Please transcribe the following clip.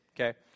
okay